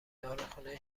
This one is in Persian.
داروخانه